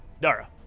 Dara